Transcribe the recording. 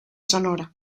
sonora